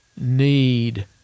need